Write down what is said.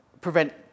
prevent